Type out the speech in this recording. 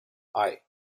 eye